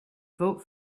vote